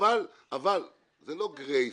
זה לא גרייס.